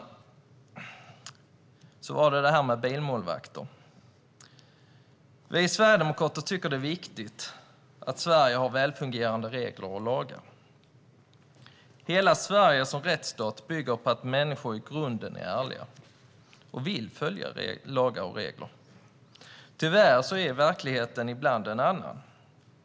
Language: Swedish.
I betänkandet behandlas också frågan om bilmålvakter. Vi sverigedemokrater tycker att det är viktigt att Sverige har välfungerande regler och lagar. Hela Sverige som rättsstat bygger på att människor i grunden är ärliga och vill följa lagar och regler. Tyvärr är verkligheten ibland en annan.